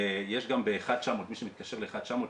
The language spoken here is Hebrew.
ומי שמתקשר ל-1900,